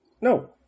No